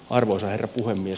arvoisa herra puhemies